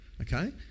Okay